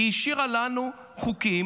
כי היא השאירה לנו חוקים,